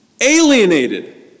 alienated